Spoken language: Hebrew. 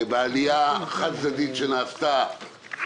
מדובר בעלייה חד-צדדית שנעשתה